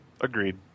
Agreed